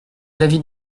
l’avis